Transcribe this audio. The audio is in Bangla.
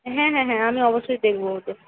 হ্যাঁ হ্যাঁ হ্যাঁ আমি অবশ্যই দেখবো ওদের